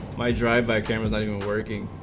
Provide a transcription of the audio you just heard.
my drive back and working